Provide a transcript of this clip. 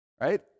Right